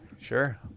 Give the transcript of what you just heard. sure